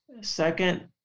Second